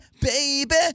Baby